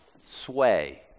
sway